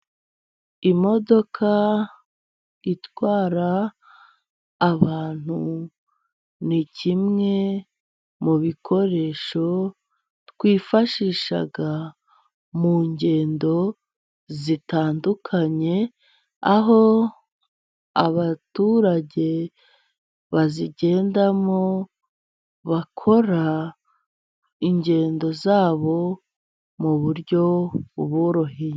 Imodoka itwara abantu ni kimwe mu bikoresho twifashisha mu ngendo zitandukanye, aho abaturage bazigendamo bakora ingendo zabo mu buryo buboroheye.